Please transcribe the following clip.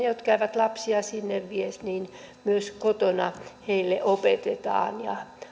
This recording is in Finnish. jotka eivät lapsia sinne vie myös kotona opetetaan